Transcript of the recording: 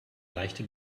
leichte